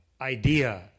idea